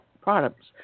products